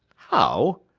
how!